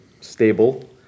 stable